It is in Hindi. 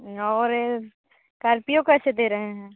और ये कार्पिओ कैसे दे रहे हैं